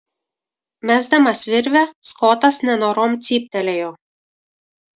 mesdamas virvę skotas nenorom cyptelėjo